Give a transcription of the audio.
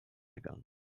gegangen